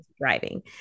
driving